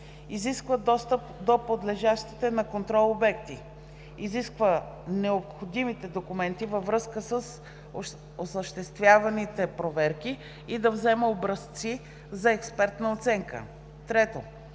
изисква достъп до подлежащите на контрол обекти; 2. изисква необходимите документи във връзка с осъществяваните проверки и да взема образци за експертна оценка; 3.